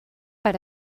per